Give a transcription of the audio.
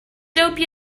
dope